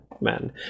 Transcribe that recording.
men